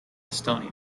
estonia